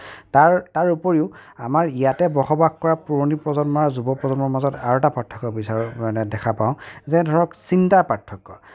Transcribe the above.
তাৰ তাৰ উপৰিও আমাৰ ইয়াতে বসবাস কৰা পুৰণি প্ৰজন্ম আৰু যুৱ প্ৰজন্মৰ মাজত আৰু এটা পাৰ্থক্য বিচাৰোঁ মানে দেখা পাওঁ যে ধৰক চিন্তাৰ পাৰ্থক্য